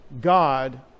God